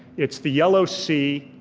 it's the yellow sea,